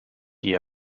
die